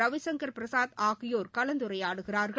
ரவிசங்கர் பிரசாத் ஆகியோர் கலந்துரையாடுகிறார்கள்